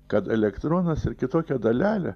kad elektronas ir kitokia dalelė